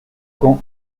quand